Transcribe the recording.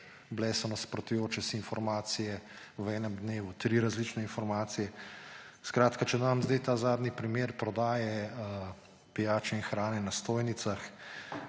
bile so nasprotujoče si informacije, v enem dnevu tri različne informacije. Če dam sedaj ta zadnji primer prodaje pijače in hrane na stojnicah.